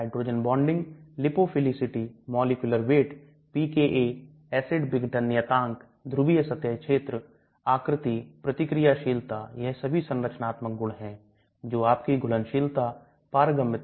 अब यदि आप colon मैं जाते हैं तो यहां पारगमन का समय 1 से 3 दिन है सतह क्षेत्र 03 वर्ग मीटर है यह बहुत नीचे चला गया है pH भी अधिक है 5 से 8